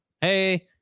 Hey